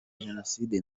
jenoside